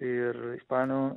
ir ispanų